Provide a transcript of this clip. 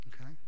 Okay